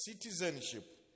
citizenship